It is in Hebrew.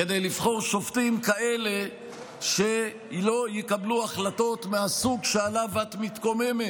כדי לבחור שופטים כאלה שלא יקבלו החלטות מהסוג שעליו את מתקוממת.